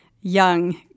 young